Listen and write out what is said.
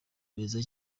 beza